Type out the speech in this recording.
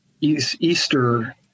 Easter